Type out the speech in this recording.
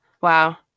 Wow